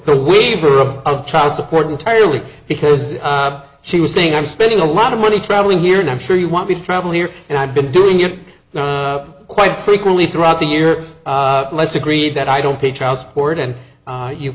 the waiver of child support entirely because she was saying i'm spending a lot of money traveling here and i'm sure you want to travel here and i've been doing it quite frequently throughout the year let's agree that i don't pay child support and